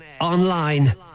online